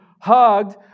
hugged